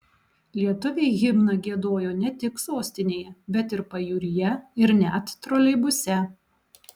lietuviai himną giedojo ne tik sostinėje bet ir pajūryje ir net troleibuse